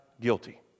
guilty